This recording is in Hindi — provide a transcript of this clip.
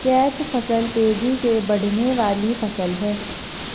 कैच फसल तेजी से बढ़ने वाली फसल है